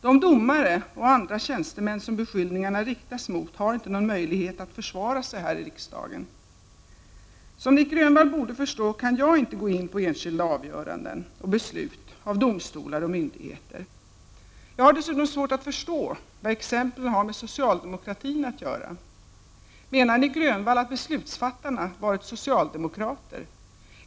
De domare och andra tjänstemän som beskyllningarna riktas mot har inte någon möjlighet att försvara sig här i riksdagen. Som Nic Grönvall borde förstå kan jag inte gå in på enskilda avgöranden och beslut av domstolar och myndigheter. Jag har dessutom svårt att förstå vad exemplen har med socialdemokratin att göra. Menar Nic Grönvall att beslutsfattarna varit socialdemokrater?